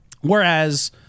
Whereas